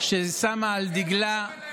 לא על הרבנים.